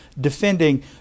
defending